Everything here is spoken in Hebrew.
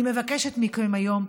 אני מבקשת מכם היום,